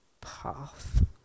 path